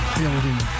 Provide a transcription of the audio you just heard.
building